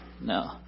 No